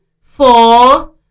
four